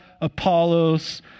Apollos